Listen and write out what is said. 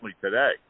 today